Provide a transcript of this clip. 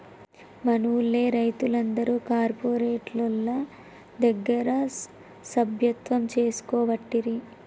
మనూళ్లె రైతులందరు కార్పోరేటోళ్ల దగ్గర సభ్యత్వం తీసుకోవట్టిరి